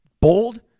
bold